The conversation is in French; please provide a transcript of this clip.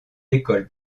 l’école